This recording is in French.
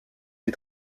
des